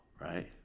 right